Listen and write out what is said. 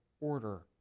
order